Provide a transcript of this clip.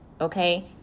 Okay